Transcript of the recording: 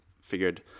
figured